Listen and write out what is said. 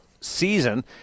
season